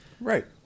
Right